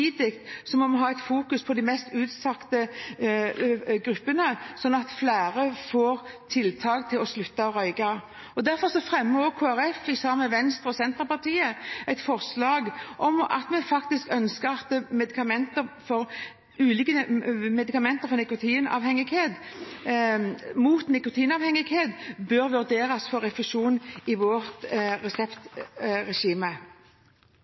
på de mest utsatte gruppene, slik at flere får tiltak til å slutte å røyke. Derfor fremmer Kristelig Folkeparti, sammen med Venstre og Senterpartiet, et forslag om at ulike medikamenter mot nikotinavhengighet bør vurderes for refusjon i vårt reseptregime. Kristelig Folkeparti stemmer for forslag nr. 3, mot § 7 og subsidiært for